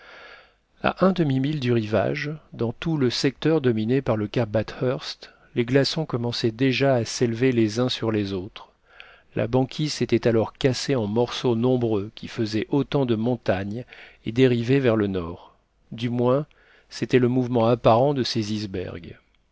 à un demi-mille du rivage dans tout le secteur dominé par le cap bathurst les glaçons commençaient déjà à s'élever les uns sur les autres la banquise s'était alors cassée en morceaux nombreux qui faisaient autant de montagnes et dérivaient vers le nord du moins c'était le mouvement apparent de ces